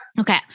Okay